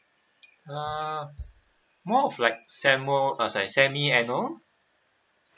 uh more of like sammu~ uh sorry semi annual